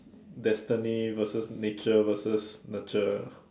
destiny versus nature versus nurture